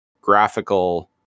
graphical